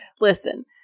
Listen